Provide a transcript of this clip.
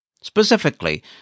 Specifically